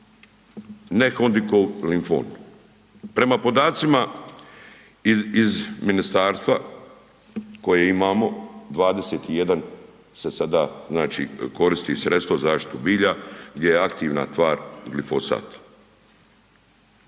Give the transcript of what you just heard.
Ne-Hodgkinov limfom. Prema podacima iz ministarstva koje imamo, 21 se sada, znači koristi sredstvo za zaštitu bilja gdje je aktivna tvar glifosat.